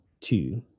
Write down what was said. two